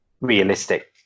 realistic